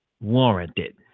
warranted